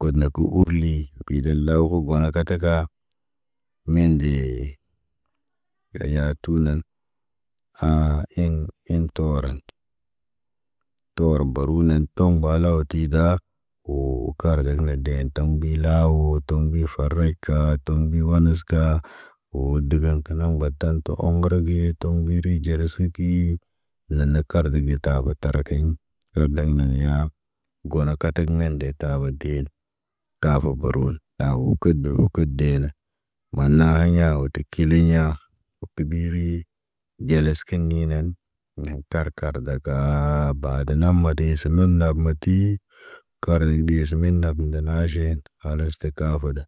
Got na ku urli giden law hu gona kataka. Men dee, aya tu nan, haa, in, in turen. Toro barunen tomba law tidaa. Woo kar deen toŋg mbi laawo toŋg mbi farika toŋg mbi wanuska. Woo dəgen ka naŋg bataŋg tə omrəgi tomberi ɟalas kikii. Nana kardegi tabo tara keyni hardey yanaa. Gona katak ɲeen de tabo teen. Kavo gorun, awu kədew kə dena. Maana aɲiɲa wo ti kiliɲa. Wo tibiri, ɟalas kiɲ ninan. Neen tarkadə ba ta aaba bayden namadi se nun nab matii. Karlin ɗese min nab ndinaʃeen, halas tə kaafuda.